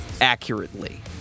accurately